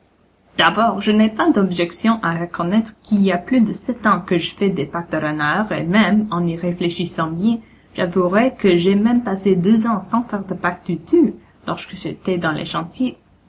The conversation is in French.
d'abord je n'ai pas d'objection à reconnaître qu'il y a plus de sept ans que je fais des pâques de renard et même en y réfléchissant bien j'avouerai que j'ai même passé deux ans sans faire de pâques du tout lorsque j'étais dans les chantiers